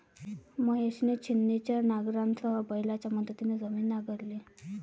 महेशने छिन्नीच्या नांगरासह बैलांच्या मदतीने जमीन नांगरली